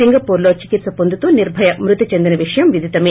Singapore లో చికిత్స పొందుతూ నిర్సయ మృతి చెందిన విషయం విదితమె